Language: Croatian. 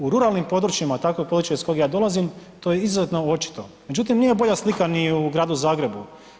U ruralnim područjima, a tako je područje iz kojeg ja dolazim, to je izuzetno očito, međutim nije bolja slika ni u Gradu Zagrebu.